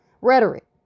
rhetoric